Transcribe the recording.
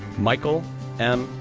michael m.